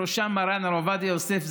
בראשם מרן הרב עובדיה יוסף,